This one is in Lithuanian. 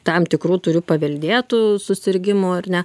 tam tikrų turiu paveldėtų susirgimų ar ne